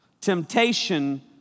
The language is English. Temptation